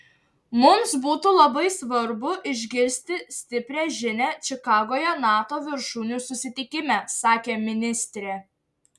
mums būtų labai svarbu išgirsti stiprią žinią čikagoje nato viršūnių susitikime sakė ministrė